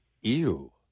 ew